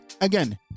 again